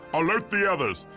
alert the others.